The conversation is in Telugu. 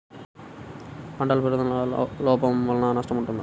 పంటల పెరుగుదల లోపం వలన నష్టము ఉంటుందా?